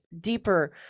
deeper